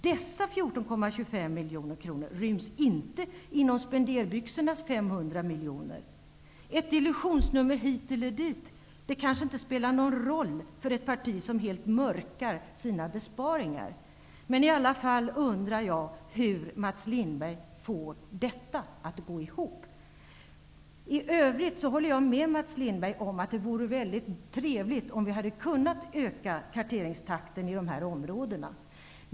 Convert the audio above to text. Dessa 14,25 miljoner kronor ryms inte inom spenderbyxorna på 500 miljoner. Ett illusionsnummer hit eller dit kanske inte spelar någon roll för ett parti som helt ''mörkar'' sina besparingar. Men jag undrar i alla fall hur Mats Lindberg får detta att gå ihop. I övrigt håller jag med Mats Lindberg om att det skulle varit trevligt om vi hade kunnat öka prospekteringstakten i dessa områden.